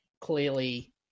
clearly